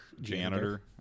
janitor